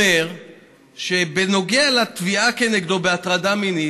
אומר שבנוגע לתביעה כנגדו בהטרדה מינית